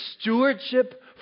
stewardship